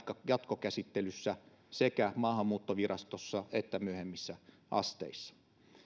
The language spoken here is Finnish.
jatkokäsittelyssä sekä maahanmuuttovirastossa että myöhemmissä asteissa